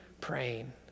praying